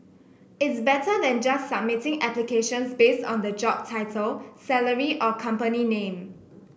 it's better than just submitting applications based on the job title salary or company name